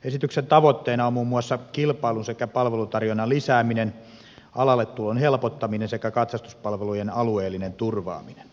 esityksen tavoitteena on muun muassa kilpailun sekä palvelutarjonnan lisääminen alalle tulon helpottaminen sekä katsastuspalvelujen alueellinen turvaaminen